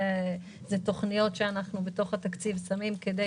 אלה תוכניות שאנחנו שמים בתוך התקציב כדי